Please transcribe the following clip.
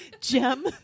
gem